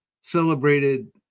celebrated